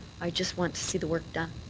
i just want to see the work done.